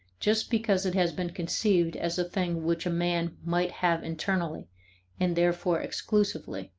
just because it has been conceived as a thing which a man might have internally and therefore exclusively.